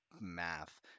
math